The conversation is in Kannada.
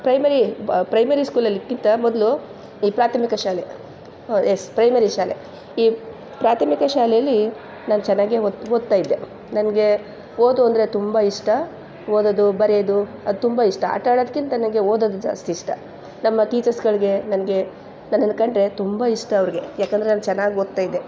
ಪ್ರೈಮರಿ ಬ ಪ್ರೈಮರಿ ಸ್ಕೂಲಲ್ಲಿ ಇದಕ್ಕಿಂತ ಮೊದಲು ಈ ಪ್ರಾಥಮಿಕ ಶಾಲೆ ಎಸ್ ಪ್ರೈಮರಿ ಶಾಲೆ ಈ ಪ್ರಾಥಮಿಕ ಶಾಲೆಯಲ್ಲಿ ನಾನು ಚೆನ್ನಾಗೆ ಓದ್ತಾಯಿದ್ದೆ ನನಗೆ ಓದು ಅಂದರೆ ತುಂಬ ಇಷ್ಟ ಓದೋದು ಬರೆಯೋದು ಅದು ತುಂಬ ಇಷ್ಟ ಆಟ ಆಡೋದಕ್ಕಿಂತ ನನಗೆ ಓದೋದು ಜಾಸ್ತಿ ಇಷ್ಟ ನಮ್ಮ ಟೀಚರ್ಸ್ಗಳಿಗೆ ನನಗೆ ನನ್ನನ್ನು ಕಂಡರೆ ತುಂಬ ಇಷ್ಟ ಅವ್ರಿಗೆ ಯಾಕೆಂದ್ರೆ ಅಲ್ಲಿ ಚೆನ್ನಾಗಿ ಓದ್ತಾಯಿದ್ದೆ